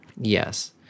Yes